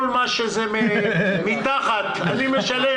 כל מה שמתחת אני משלם,